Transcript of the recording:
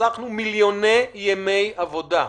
חסכנו מיליוני ימי עבודה,